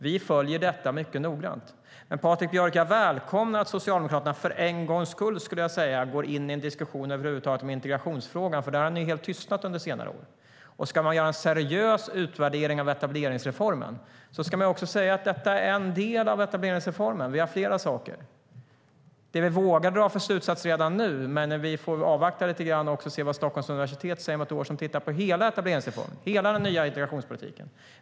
Vi följer detta mycket noggrant. Men, Patrik Björck, jag välkomnar att Socialdemokraterna - för en gångs skull, skulle jag vilja säga - över huvud taget går in i en diskussion om integrationsfrågan. Där har ni ju helt tystnat under senare år. Ska man göra en seriös utvärdering av etableringsreformen ska man också säga att detta än en del av den. Vi har fler delar. Vi får avvakta lite grann och se vad Stockholms universitet, som tittar på hela etableringsreformen och hela den nya integrationspolitiken, säger om ett år.